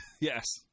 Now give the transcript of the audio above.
Yes